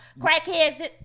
crackheads